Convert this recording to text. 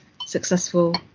successful